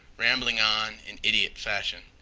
rambling on in idiot fashion.